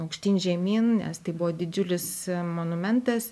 aukštyn žemyn nes tai buvo didžiulis monumentas